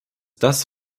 das